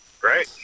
Great